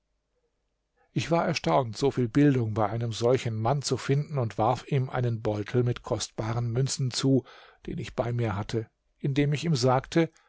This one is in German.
ich war erstaunt so viel bildung bei einem solchen mann zu finden und warf ihm einen beutel mit kostbaren münzen zu den ich bei mir hatte indem ich ihm sagte